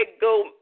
go